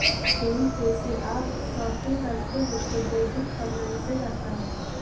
phone पे से आप शॉपिंग करते हो तो डेबिट का मैसेज आता है